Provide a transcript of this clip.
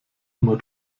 immer